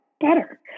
better